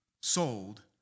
sold